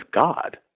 God